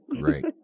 great